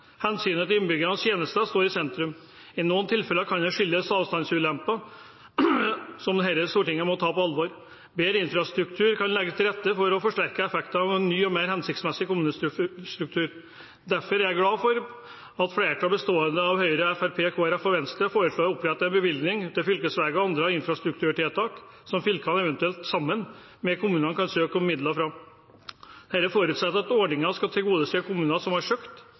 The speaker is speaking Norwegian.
Hensynet til innbyggernes tjenester står i sentrum. I noen tilfeller kan det skyldes avstandsulemper, som Stortinget må ta på alvor. Mer infrastruktur kan legges til rette for å forsterke effekten av en ny og mer hensiktsmessig kommunestruktur. Derfor er jeg glad for at flertallet bestående av Høyre, Fremskrittspartiet, Kristelig Folkeparti og Venstre foreslår å opprette en bevilgningsordning for fylkesveier og andre infrastrukturtiltak som fylkene eventuelt sammen med kommunene kan søke om midler fra. Dette forutsetter at ordningen skal tilgodese kommuner som har søkt